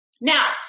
now